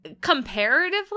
comparatively